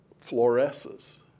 fluoresces